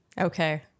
Okay